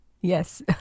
Yes